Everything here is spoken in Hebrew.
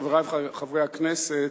חברי חברי הכנסת,